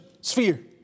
sphere